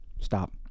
Stop